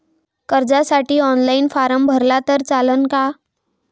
कर्जसाठी online form भरला तर चालन का?